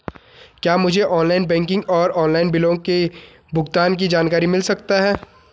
क्या मुझे online banking और ऑनलाइन बिलों के भुगतान की जानकारी मिल सकता है?